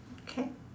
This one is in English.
okay